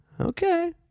Okay